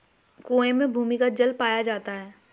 कुएं में भूमिगत जल पाया जाता है